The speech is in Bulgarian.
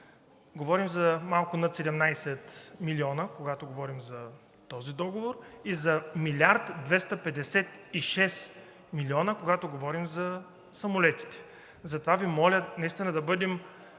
Говорим за малко над 17 милиона, когато говорим за този договор, и за 1 милиард 256 милиона, когато говорим за самолетите. Затова Ви моля да бъдем